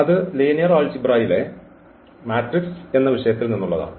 അത് ലീനിയർ ആൾജിബ്രയിലെ മാട്രിക്സ് എന്ന് വിഷയത്തിൽ നിന്നുള്ളതാണ്